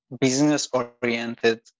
business-oriented